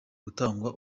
gutangwa